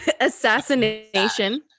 assassination